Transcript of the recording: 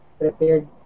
prepared